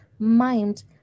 mimed